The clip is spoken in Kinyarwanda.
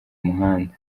muhanda